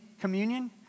communion